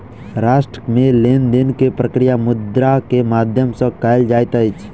राष्ट्र मे लेन देन के प्रक्रिया मुद्रा के माध्यम सॅ कयल जाइत अछि